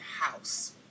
house